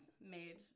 made